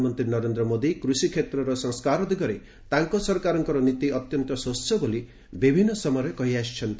ପ୍ରଧାନମନ୍ତ୍ରୀ ନରେନ୍ଦ୍ର ମୋଦୀ କୃଷି କ୍ଷେତ୍ରର ସଂସ୍କାର ଦିଗରେ ତାଙ୍କ ସରକାରଙ୍କର ନୀତି ଅତ୍ୟନ୍ତ ସ୍ୱଚ୍ଚ ବୋଲି ବିଭିନ୍ନ ସମୟରେ କହିଆସିଛନ୍ତି